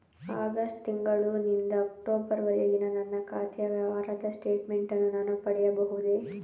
August ತಿಂಗಳು ನಿಂದ October ವರೆಗಿನ ನನ್ನ ಖಾತೆ ವ್ಯವಹಾರದ ಸ್ಟೇಟ್ಮೆಂಟನ್ನು ನಾನು ಪಡೆಯಬಹುದೇ?